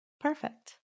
Perfect